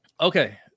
Okay